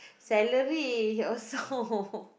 salary also